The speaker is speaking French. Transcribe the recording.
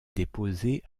déposées